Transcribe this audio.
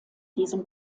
diesem